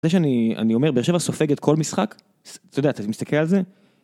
זה שאני... אני אומר באר שבע סופגת כל משחק, אתה יודע, אתה מסתכל על זה...